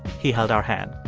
he held our hand.